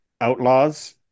outlaws